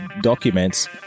documents